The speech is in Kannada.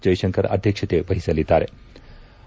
ಜೈಶಂಕರ್ ಅಧ್ಯಕ್ಷತೆ ವಹಿಸಲಿದ್ಲಾರೆ